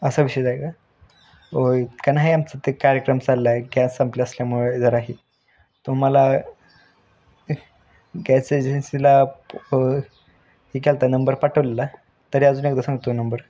असा विषय आहे का होय काय नाही आमचं ते कार्यक्रम चाललाय गॅस संपल्या असल्यामुळे जरा आहे तो मला गॅस एजन्सीला हे केला होता नंबर पाठवलेला तरी अजून एकदा सांगतो तो नंबर